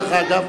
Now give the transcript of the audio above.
דרך אגב,